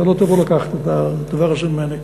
אתה לא יכול לקחת את הדבר הזה ממני.